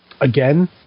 Again